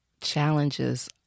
challenges